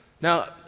Now